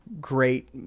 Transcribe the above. great –